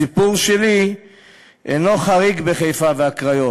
הסיפור שלי אינו חריג בחיפה והקריות.